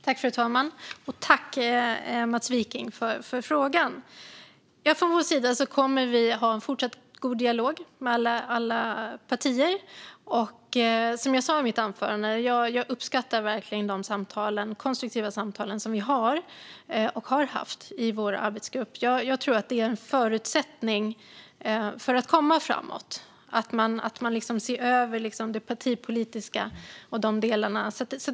Fru talman! Tack för frågan, Mats Wiking! Från vår sida kommer vi att ha en fortsatt god dialog med alla partier. Som jag sa i mitt anförande uppskattar jag verkligen de konstruktiva samtal vi har och har haft i vår arbetsgrupp. Jag tror att det är en förutsättning för att komma framåt att se över det partipolitiska och de delarna.